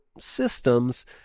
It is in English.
systems